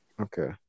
Okay